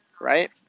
right